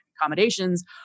accommodations